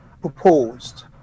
proposed